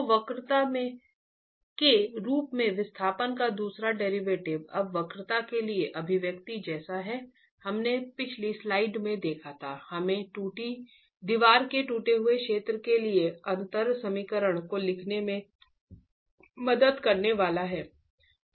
तो वक्रता के रूप में विस्थापन का दूसरा डेरिवेटिव अब वक्रता के लिए अभिव्यक्ति जैसा कि हमने पिछली स्लाइड में देखा था हमें दीवार के टूटे हुए क्षेत्र के लिए अंतर समीकरण को लिखने में मदद करने वाला है